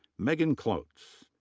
megan klotz.